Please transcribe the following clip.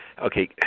Okay